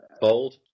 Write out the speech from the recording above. Bold